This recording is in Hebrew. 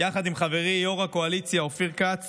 יחד עם חברי יושב-ראש הקואליציה אופיר כץ